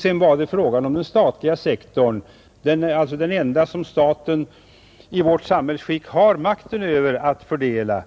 Sedan var det frågan om den statliga sektorn, den enda som staten i vårt samhällsskick har makten att ensam fördela.